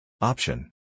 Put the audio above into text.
Option